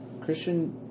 Christian